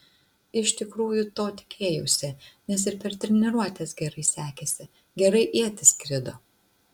iš tikrųjų to tikėjausi nes ir per treniruotes gerai sekėsi gerai ietis skrido